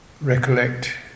recollect